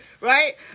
right